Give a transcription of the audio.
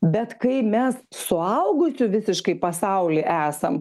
bet kai mes suaugusių visiškai pasauly esam